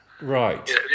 right